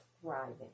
thriving